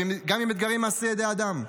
וגם עם אתגרים מעשי ידי אדם.